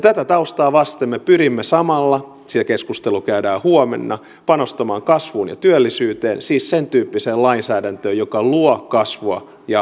tätä taustaa vasten me pyrimme samalla se keskustelu käydään huomenna panostamaan kasvuun ja työllisyyteen siis sen tyyppiseen lainsäädäntöön joka luo kasvua ja työllisyyttä